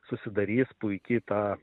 susidarys puiki ta